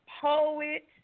poet